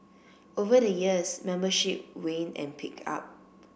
over the years membership waned and picked up